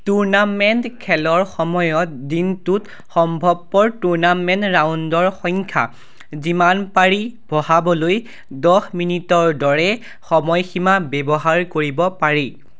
tournament খেলৰ সময়ত দিনটোত সম্ভৱপৰ টুৰ্ণামেণ্ট ৰাউণ্ডৰ সংখ্যা যিমান পাৰি বঢ়াবলৈ দহ মিনিটৰ দৰে সময়সীমা ব্যৱহাৰ কৰিব পাৰি